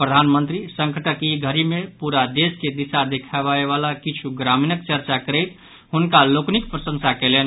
प्रधानमंत्री संकटक ई घड़ी मे पूरा देश के दिशा देखाबयवला किछु ग्रामीणक चर्चा करैत हुनक लोकनिक प्रशंसा कयलनि